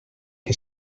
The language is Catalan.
que